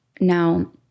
now